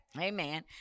Amen